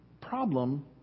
problem